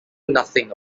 nothing